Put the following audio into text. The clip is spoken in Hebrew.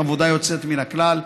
עבודה יוצאת מן הכלל.